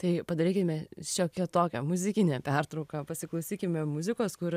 tai padarykime šiokią tokią muzikinę pertrauką pasiklausykime muzikos kur